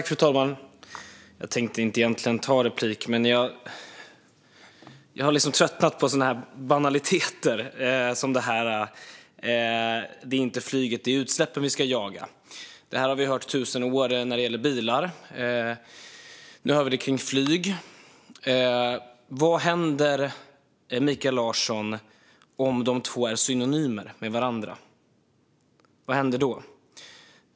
Fru talman! Jag tänkte egentligen inte begära replik, men jag har liksom tröttnat på banaliteter som uttalandet att det inte är flyget utan utsläppen vi ska jaga. Det har vi hört i tusen år när det gäller bilar, och nu hör vi det kring flyg. Vad händer om de två är synonyma med varandra, Mikael Larsson? Vad händer då?